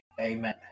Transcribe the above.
amen